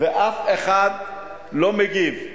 -- ואף אחד לא מגיב.